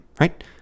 Right